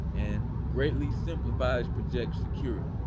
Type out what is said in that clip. and greatly simplifies project security.